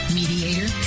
mediator